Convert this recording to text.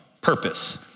purpose